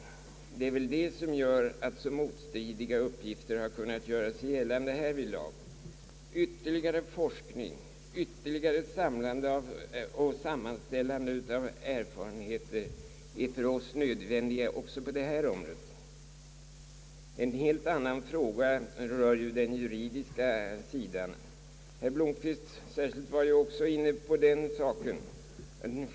Det är väl detta som gör att så motstridiga uppgifter har kunnat hävdas härvidlag. Ytterligare forskning, ytterligare samlande och sammanställning av erfarenheter är en nödvändighet för oss även inom detta område. En helt annan fråga är den juridiska sidan — särskilt herr Blomquist har ju varit inne på den.